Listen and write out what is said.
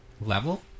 level